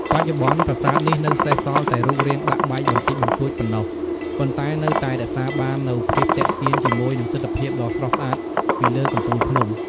បច្ចុប្បន្ន ប្រាសាទនេះនៅសេសសល់តែរូបរាងបាក់បែកបន្តិចបន្តួចប៉ុណ្ណោះ ប៉ុន្តែនៅតែរក្សាបាននូវភាពទាក់ទាញជាមួយនឹងទិដ្ឋភាពដ៏ស្រស់ស្អាតពីលើកំពូលភ្នំ។